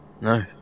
No